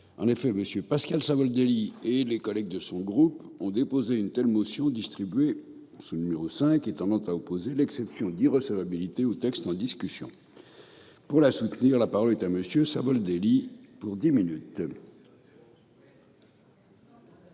En effet, Monsieur Pascal Savoldelli et les collègues de son groupe ont déposer une telle motion distribuée sous le numéro 5 et à opposer l'exception d'irrecevabilité au texte, en discussion. Pour la soutenir. La parole est à monsieur Savoldelli pour 10 minutes.